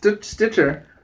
Stitcher